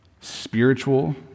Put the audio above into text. spiritual